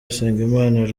usengimana